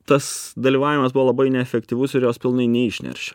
tas dalyvavimas buvo labai neefektyvus ir jos pilnai neišnerš